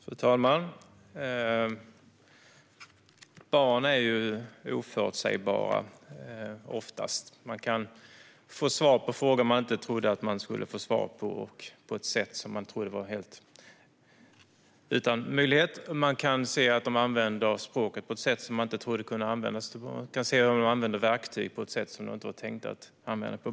Fru talman! Barn är oftast oförutsägbara. Man kan få svar på frågor man inte trodde att man skulle få svar på och på ett sätt som man trodde var helt omöjligt. De använder språket på ett sätt som man inte trodde att det kunde användas på, och de använder verktyg på sätt som de inte var tänkta att användas på.